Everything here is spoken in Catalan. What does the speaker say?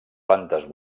plantes